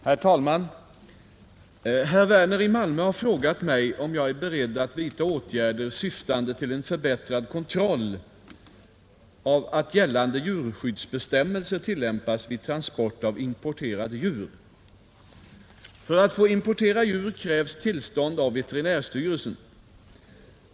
Herr talman! Herr Werner i Malmö har frågat mig, om jag är beredd att vidta åtgärder syftande till en förbättrad kontroll av att gällande djurskyddsbestämmelser tillämpas vid transport av importerade djur. För att få importera djur krävs tillstånd av veterinärstyrelsen.